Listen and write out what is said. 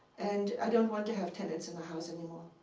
and i didn't want to have tenants in the house anymore.